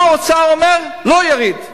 בא האוצר ואומר שזה לא יוריד.